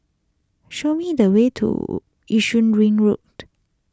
show me the way to Yishun Ring Road